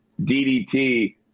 DDT